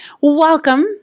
welcome